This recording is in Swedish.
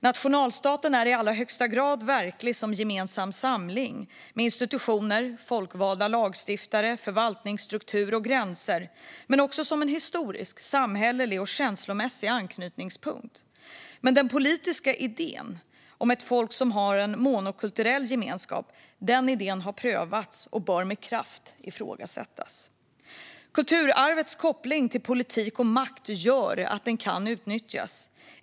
Nationalstaten är i allra högsta grad verklig som gemensam samling, med institutioner, folkvalda lagstiftare, förvaltningsstruktur och gränser, men också som en historisk, samhällelig och känslomässig anknytningspunkt. Den politiska idén om ett folk som har en monokulturell gemenskap har dock prövats och bör med kraft ifrågasättas. Kulturarvets koppling till politik och makt gör att det kan utnyttjas.